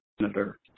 senator